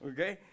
Okay